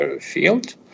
field